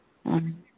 हॅं